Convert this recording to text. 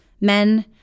men